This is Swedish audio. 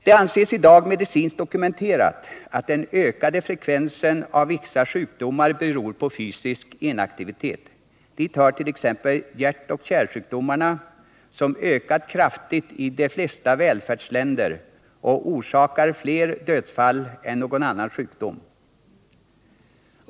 Det anses i dag medicinskt dokumenterat att den ökade frekvensen av vissa sjukdomar beror på fysisk inaktivitet. Dit hör t.ex. hjärtoch kärlsjukdomarna som ökat kraftigt i de flesta ”välfärdsländer” och orsakar flera dödsfall än någon annan sjukdom.